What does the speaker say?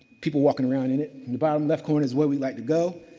people walking around in it. in the bottom left corner is where we'd like to go.